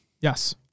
Yes